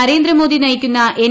നരേന്ദ്രമോദി നയിക്കുന്ന എൻ